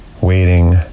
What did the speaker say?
waiting